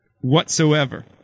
whatsoever